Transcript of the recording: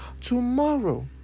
Tomorrow